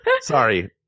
Sorry